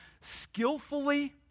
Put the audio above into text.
skillfully